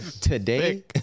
today